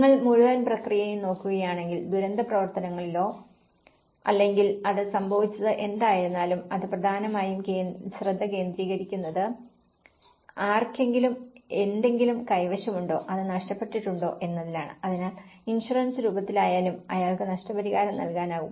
നിങ്ങൾ മുഴുവൻ പ്രക്രിയയും നോക്കുകയാണെങ്കിൽ ദുരന്ത പ്രവർത്തനങ്ങളിലോ അല്ലെങ്കിൽ അത് സംഭവിച്ചത് എന്തായിരുന്നാലും അത് പ്രധാനമായും ശ്രദ്ധ കേന്ദ്രീകരിക്കുന്നത് ആർക്കെങ്കിലും എന്തെങ്കിലും കൈവശമുണ്ടോ അത് നഷ്ടപ്പെട്ടിട്ടുണ്ടോ എന്നതിലാണ് അതിനാൽ ഇൻഷുറൻസ് രൂപത്തിലായാലും അയാൾക്ക് നഷ്ടപരിഹാരം നൽകാനാകും